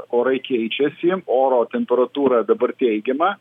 orai keičiasi oro temperatūra dabar teigiama